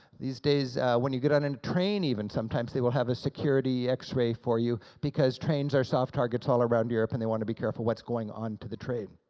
these days when you get on and a train even, sometimes they will have a security x-ray for you because trains are soft targets all around europe, and they want to be careful what's going onto the train,